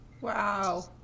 Wow